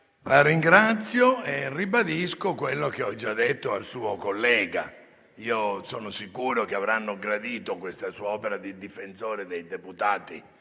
La ringrazio e ribadisco quello che ho già detto al suo collega. Io sono sicuro che avranno gradito questa sua opera di difensore dei